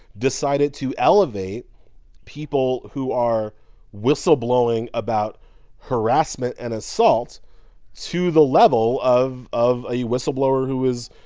decided to elevate people who are whistleblowing about harassment and assaults to the level of of a whistleblower who is,